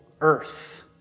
earth